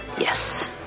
Yes